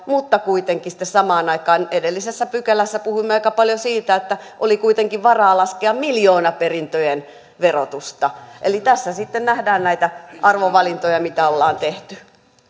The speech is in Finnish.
mutta kuitenkin sitten samaan aikaan edellisessä pykälässä puhuimme aika paljon siitä että oli kuitenkin varaa laskea miljoonaperintöjen verotusta eli tässä sitten nähdään näitä arvovalintoja mitä ollaan tehty